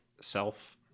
self